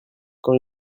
quand